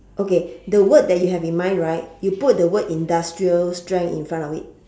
okay the word that you have in mind right you put the word industrial strength in front of it